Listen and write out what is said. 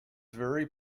very